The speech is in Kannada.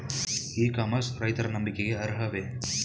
ಇ ಕಾಮರ್ಸ್ ರೈತರ ನಂಬಿಕೆಗೆ ಅರ್ಹವೇ?